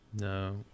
No